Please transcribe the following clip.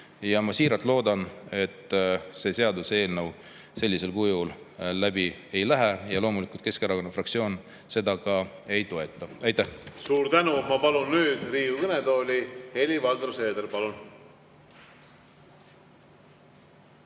Ma siiralt loodan, et see seaduseelnõu sellisel kujul läbi ei lähe. Loomulikult Keskerakonna fraktsioon seda ka ei toeta. Aitäh! Suur tänu! Ma palun Riigikogu kõnetooli Helir-Valdor Seederi. Palun!